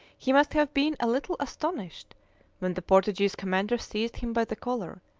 he must have been a little astonished when the portuguese commander seized him by the collar,